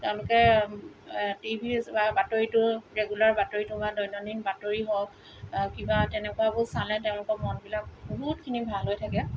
তেওঁলোকে টিভি বা বাতৰিটো ৰেগুলাৰ বাতৰি থকা দৈনন্দি বাতৰি হওক কিবা তেনেকুৱাবোৰ চালে তেওঁলোকৰ মনবিলাক বহুতখিনি ভাল হৈ থাকে